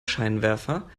scheinwerfer